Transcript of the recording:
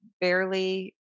barely